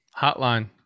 hotline